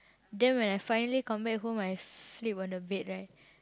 then when I finally come back home I sleep on the bed right